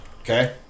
Okay